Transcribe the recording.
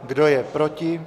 Kdo je proti?